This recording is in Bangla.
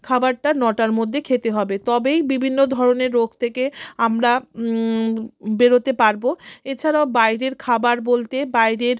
খাবারটা নটার মধ্যে খেতে হবে তবেই বিভিন্ন ধরনের রোগ থেকে আমরা বেরোতে পারব এছাড়াও বাইরের খাবার বলতে বাইরের